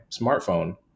smartphone